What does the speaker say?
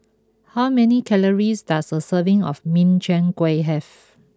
how many calories does a serving of Min Chiang Kueh have